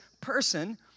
person